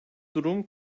durum